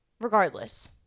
regardless